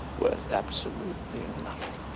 worth absolutely nothing.